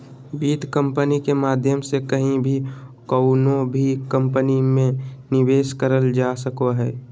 वित्त कम्पनी के माध्यम से कहीं भी कउनो भी कम्पनी मे निवेश करल जा सको हय